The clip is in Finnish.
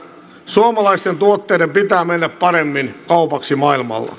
suomalaisten tuotteiden pitää mennä paremmin kaupaksi maailmalla